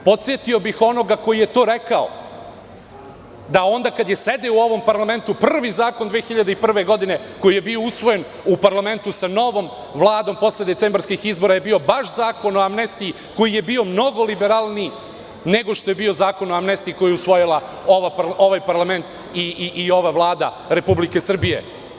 Podsetio bih onoga ko je to rekao da, onda kada je sedeo u ovom parlamentu, prvi zakon 2001. godine koji je bio usvojen u parlamentu sa novom Vladom, posle decembarskih izbora, je bio baš Zakon o amnestiji koji je bio mnogo liberalniji nego što je bio Zakon o amnestiji koji je usvojio ovaj parlament i ova Vlada Republike Srbije.